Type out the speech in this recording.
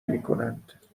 میکنند